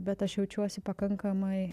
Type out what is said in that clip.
bet aš jaučiuosi pakankamai